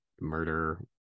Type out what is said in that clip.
murder